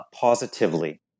positively